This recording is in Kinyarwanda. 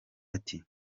ati